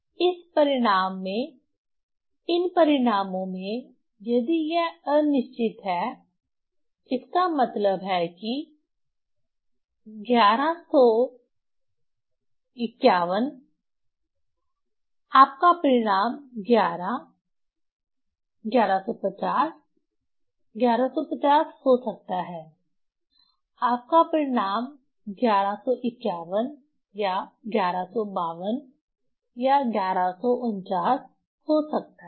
इस परिणाम में इन परिणामों में यदि यह अनिश्चित है इसका मतलब है कि 1151 आपका परिणाम 11 1150 1150 हो सकता है आपका परिणाम 1151 या 1152 या 1149 हो सकता है